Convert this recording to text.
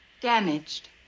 Damaged